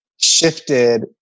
Shifted